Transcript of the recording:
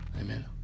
Amen